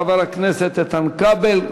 חבר הכנסת איתן כבל.